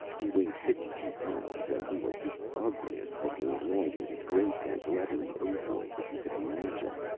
he weighed fifty-two pounds and he was the ugliest-looking, elongated, gray-pink, leathery ovoid that you could imagine.